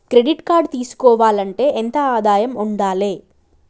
Credit card తీసుకోవాలంటే ఎంత ఆదాయం ఉండాలే?